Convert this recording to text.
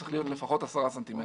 צריך להיות לפחות 10 סנטימטרים.